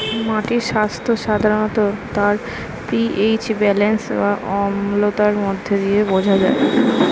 মাটির স্বাস্থ্য সাধারণত তার পি.এইচ ব্যালেন্স বা অম্লতার মধ্য দিয়ে বোঝা যায়